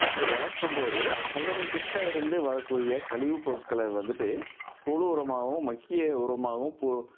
அப்படி வளர்க்கும்போது அதன்கிட்டே இருந்து வரக்கூடிய கழிவு பொருட்களை வந்துட்டு தொழு உரமாகவும் மட்கிய உரமாகவும் பு